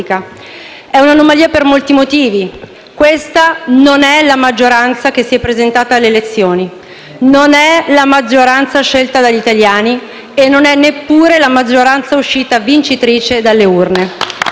È un'anomalia per molti motivi. Questa non è la maggioranza che si è presentata alle elezioni, non è la maggioranza scelta dagli italiani e non è neppure la maggioranza uscita vincitrice dalle urne.